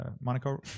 Monaco